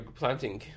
planting